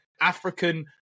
African